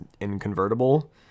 inconvertible